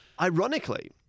ironically